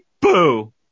boo